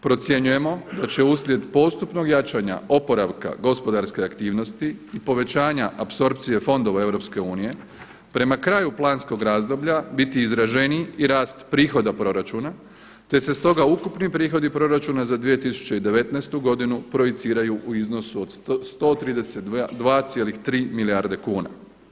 Procjenjujemo da će uslijed postupnog jačanja oporavka gospodarske aktivnosti i povećanja apsorpcije fondova Europske unije prema kraju planskog razdoblja biti izraženiji i rast prihoda proračuna, te se stoga ukupni prihodi proračuna za 2019. godinu projiciraju u iznosu od 132,3 milijarde kuna.